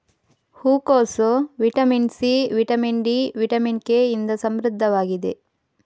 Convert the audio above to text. ಹೂಕೋಸು vitamin C, vitamin D, vitamin K ಇಂದ ಸಮೃದ್ಧವಾಗಿದೆ